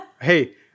hey